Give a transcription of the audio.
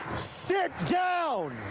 sit down!